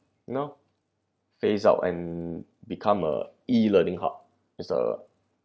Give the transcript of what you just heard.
you know phase out and become a E learning hub it's uh